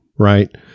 Right